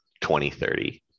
2030